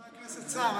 חבר הכנסת סער,